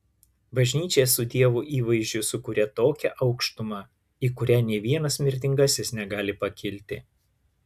bažnyčia su dievo įvaizdžiu sukuria tokią aukštumą į kurią nė vienas mirtingasis negali pakilti